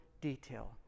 detail